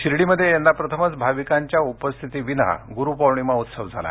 शिर्डी मध्ये यंदा प्रथमच भविकांच्या उपस्थिती विना ग्रुपौर्णिमा उत्सव झाला